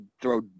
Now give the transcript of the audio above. throw